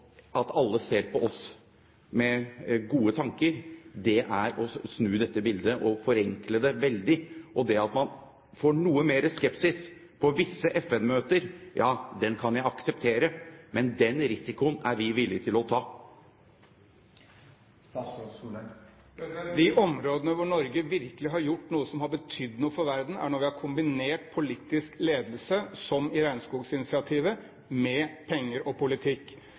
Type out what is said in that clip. at alle ser på oss med gode tanker, det er å snu dette bildet og forenkle det veldig. Det at man får noe mer skepsis på visse FN-møter, det kan jeg akseptere, men den risikoen er vi villige til å ta. De gangene Norge virkelig har gjort noe som har betydd noe for verden, er når vi, som i regnskogsinitiativet, har kombinert politisk ledelse med penger og politikk.